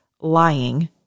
lying